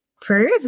prove